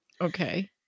Okay